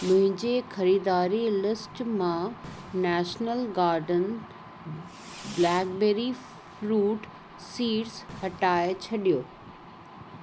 मुंहिंजी ख़रीदारी लिस्ट मां national garden blackberry fruit seeds हटाए छॾियो